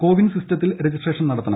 കോവിൻ സിസ്റ്റത്തിൽ രജിസ്ട്രേഷൻ നടത്തണം